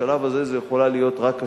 בשלב הזה זו יכולה להיות רק השערה,